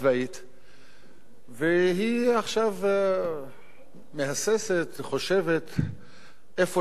והיא עכשיו מהססת, חושבת איפה להכות, אם באירן, אם